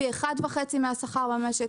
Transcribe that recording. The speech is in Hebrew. פי 1.5 מהשכר במשק.